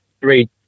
three